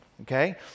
Okay